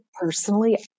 personally